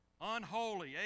Unholy